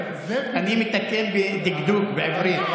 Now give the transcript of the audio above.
אני מתקן בדקדוק בעברית.